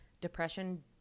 depression